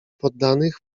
poddanych